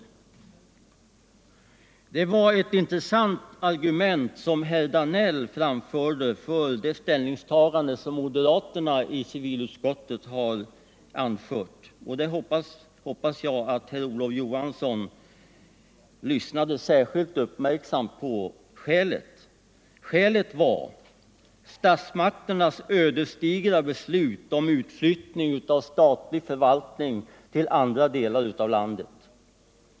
l Sedan var det ett intressant argument herr Danell anförde när det gällde det ställningstagande som moderaterna gjort i civilutskottet. Jag hoppas att herr Olof Johansson i Stockholm lyssnade uppmärksamt på det. Skälet var statsmakternas ödesdigra beslut om utflyttning av statlig förvaltning till andra delar av landet.